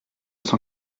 cent